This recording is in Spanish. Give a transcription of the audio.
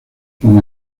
con